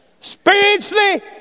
spiritually